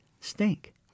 stink